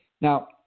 Now